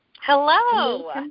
Hello